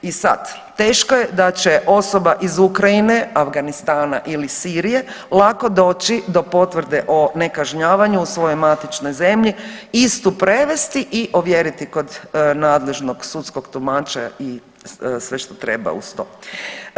I sad, teško je da će osoba iz Ukrajina, Afganistana ili Sirije lako doći do potvrde o nekažnjavanju u svojoj matičnoj zemlji, istu prevesti i ovjeriti kod nadležnost sudskog tumača i sve što treba uz to.